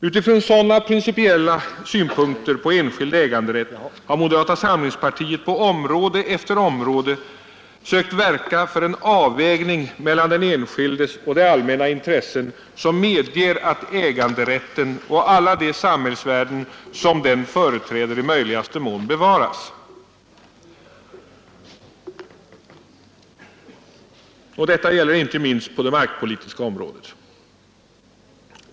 Utifrån sådana principiella synpunkter på enskild äganderätt har moderata samlingspartiet på område efter område sökt verka för en avvägning mellan den enskildes och det allmännas intressen som medger att äganderätten och alla de samhällsvärden som den företräder i möjligaste mån bevaras. Detta gäller inte minst på det markpolitiska området.